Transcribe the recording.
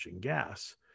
gas